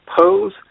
pose